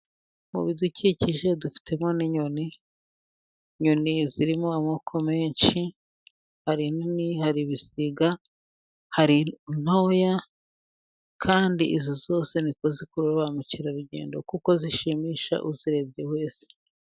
Mu bidukikije dufitemo n'inyoni, inyoni zirimo amoko menshi hari inini, hari ibisiga, hari intoya kandi zose ni ko zikurura ba mukerarugendo kuko zishimisha uzirebye wese.